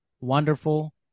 wonderful